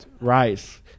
Rice